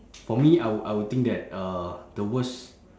for me I would I would think that uh the worst